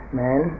man